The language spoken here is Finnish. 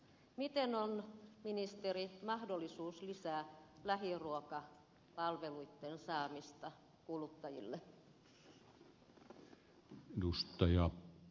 miten on ministeri mahdollista lisätä lähiruokapalveluitten saamista kuluttajille